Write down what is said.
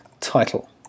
title